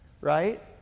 right